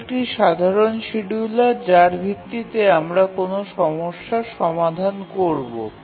এটি একটি সাধারণ শিডিয়ুলার যার ভিত্তিতে আমরা কোন সমস্যার সমধান করব